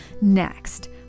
next